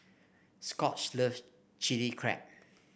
Scot loves Chili Crab